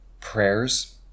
prayers